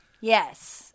Yes